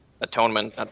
atonement